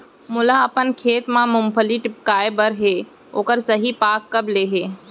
मोला अपन खेत म मूंगफली टिपकाय बर हे ओखर सही पाग कब ले हे?